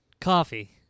Coffee